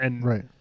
Right